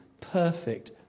perfect